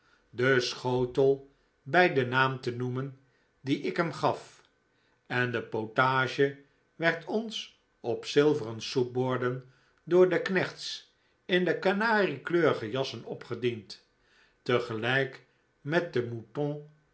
den schotel bij den naam te noemen dien ik hemgaf en de potage werd ons op zilveren soepborden door de knechts in de kanariekleurige jassen opgediend tegelijk met de